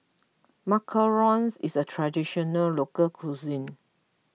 Macarons is a Traditional Local Cuisine